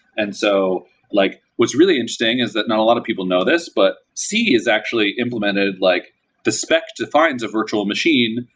and so like what's really interesting is that not a lot of people know this, but c is actually implemented, like the spec defines a virtual machine.